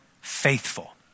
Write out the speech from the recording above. faithful